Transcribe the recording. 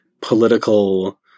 political